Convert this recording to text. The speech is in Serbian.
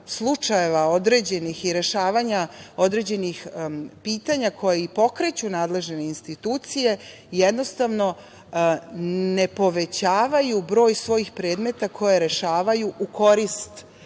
slučajeva i rešavanja određenih pitanja koja i pokreću nadležne institucije jednostavno ne povećavaju broj svojih predmeta koja rešavaju u korist